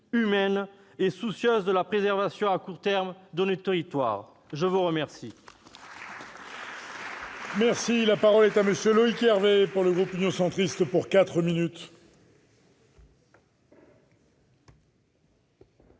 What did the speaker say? humaines et soucieuses de la préservation à court terme de nos territoires ! La parole